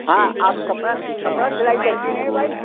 हाँ आप कपड़ा कपड़ा सिलाई करती हैं नहीं भाई